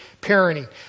parenting